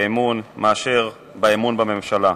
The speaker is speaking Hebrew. מאשר באמון בממשלה.